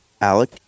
Alec